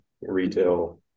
retail